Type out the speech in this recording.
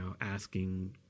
asking